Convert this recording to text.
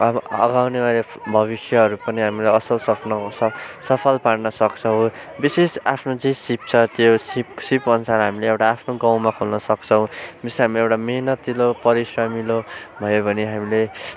अब आउनेबारे भविष्यहरू पनि हाम्रो असल सफल पार्न सक्छौँ विशेष आफ्नो जे सिप छ त्यो सिप सिपअनुसार हामीले एउटा आफ्नो गाउँमा खोल्न सक्छौँ जस्तै हामी एउटा मेहेनतिलो परिश्रमिलो भयो भने हामीले